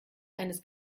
eines